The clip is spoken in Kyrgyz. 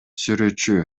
сүрөтчү